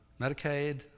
Medicaid